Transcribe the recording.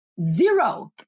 zero